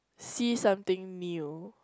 see something new